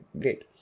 great